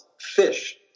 fish